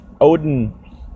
Odin